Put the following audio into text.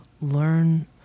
learn